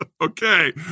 Okay